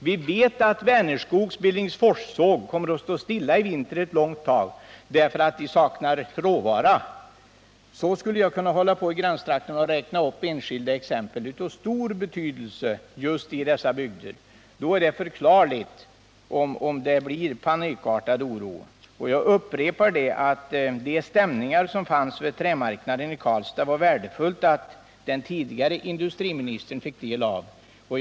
Vi vet att Vänerskogs Billingsforssåg kommer att stå stilla ett långt tag i vinter därför att det saknas råvara, och jag skulle kunna fortsätta att räkna upp liknande exempel från gränstrakterna. Då är det förklarligt om stämningen blir panikartad, och jag upprepar att det var värdefullt att den tidigare industriministern fick del av de stämningar som rådde vid trämarknaden i Karlstad.